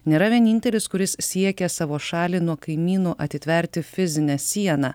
nėra vienintelis kuris siekia savo šalį nuo kaimynų atitverti fizine siena